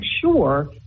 sure